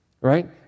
right